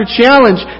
challenge